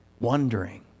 wondering